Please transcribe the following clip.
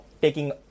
taking